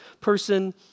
person